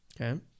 Okay